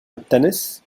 التنس